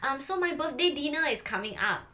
so my birthday dinner is coming up